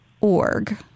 org